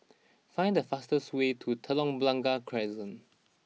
find the fastest way to Telok Blangah Crescent